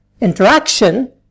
interaction